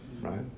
Right